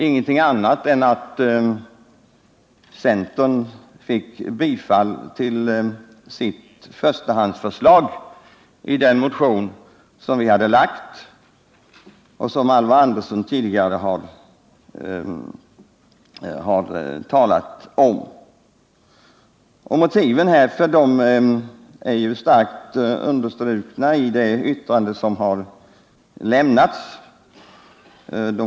Ingenting annat hände än att centern fick bifall till sitt förstahandsförslag i den motion som Alvar Andersson tidigare har redogjort för. Motiven härför har starkt understrukits i det yttrande som avgivits till skatteutskottet.